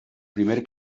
primer